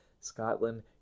Scotland